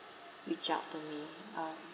reach out to me uh